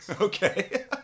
Okay